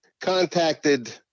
contacted